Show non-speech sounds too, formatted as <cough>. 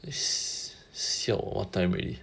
<noise> siao what time already